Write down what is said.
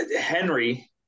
Henry